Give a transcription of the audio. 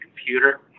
computer